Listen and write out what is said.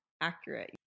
accurate